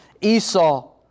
Esau